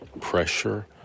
pressure